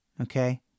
okay